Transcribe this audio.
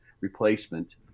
replacement